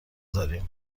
داریم